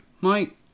Mike